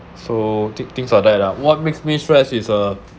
so thi~ things are that ah what makes me stress is a